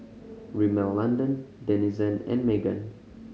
Rimmel London Denizen and Megan